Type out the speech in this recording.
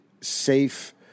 safe